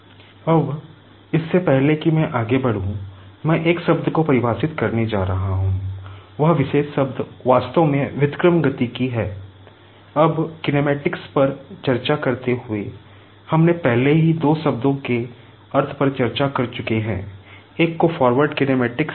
अब इससे पहले कि मैं आगे बढ़ूं मैं एक शब्द को परिभाषित करने जा रहा हूं वह विशेष शब्द वास्तव में इन्वर्स डायनामिक्स